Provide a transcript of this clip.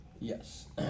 Yes